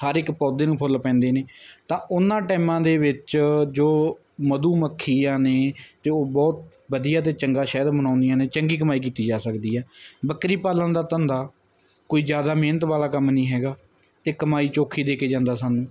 ਹਰ ਇੱਕ ਪੌਦੇ ਨੂੰ ਫੁੱਲ ਪੈਂਦੇ ਨੇ ਤਾਂ ਉਹਨਾਂ ਟਾਇਮਾਂ ਦੇ ਵਿੱਚ ਜੋ ਮਧੂ ਮੱਖੀਆਂ ਨੇ ਤੇ ਉਹ ਬਹੁਤ ਵਧੀਆ ਤੇ ਚੰਗਾ ਸ਼ਾਇਦ ਬਣਾਉਂਦੀਆਂ ਨੇ ਚੰਗੀ ਕਮਾਈ ਕੀਤੀ ਜਾ ਸਕਦੀ ਆ ਬੱਕਰੀ ਪਾਲਣ ਦਾ ਧੰਦਾ ਕੋਈ ਜਿਆਦਾ ਮਿਹਨਤ ਵਾਲਾ ਕੰਮ ਨਹੀਂ ਹੈਗਾ ਤੇ ਕਮਾਈ ਚੌਖੀ ਦੇ ਕੇ ਜਾਂਦਾ ਸਾਨੂੰ